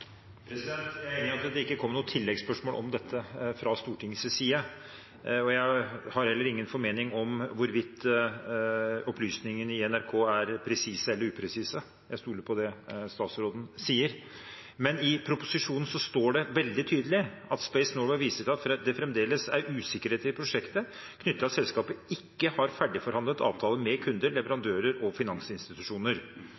Jeg er enig i at det ikke kom noen tilleggsspørsmål om dette fra Stortingets side, og jeg har heller ingen formening om hvorvidt opplysningene i NRK er presise eller upresise – jeg stoler på det statsråden sier. Men i proposisjonen står det veldig tydelig: «Space Norway viser til at det fremdeles er usikkerheter i prosjektet. Denne usikkerheten knytter seg til at selskapet ikke har ferdigforhandlet avtale med kunder,